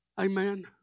Amen